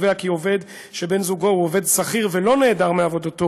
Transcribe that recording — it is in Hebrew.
קובע כי עובד שבן זוגו הוא עובד שכיר ולא נעדר מעבודתו